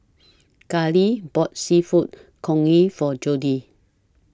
Kali bought Seafood Congee For Jody